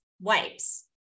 wipes